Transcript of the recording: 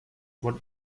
what